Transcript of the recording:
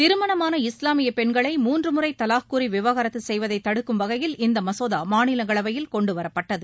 திருமணமான இஸ்லாமிய பெண்களை மூன்று முறை தலாக் கூறி விவாகரத்து செய்வதை தடுக்கும் வகையில் இந்த மசோதா மாநிலங்களவையில் கொண்டுவரப்பட்டது